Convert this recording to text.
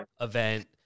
event